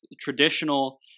traditional